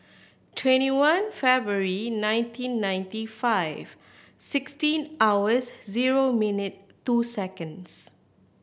twenty one February nineteen ninety five sixteen hours zero minute two seconds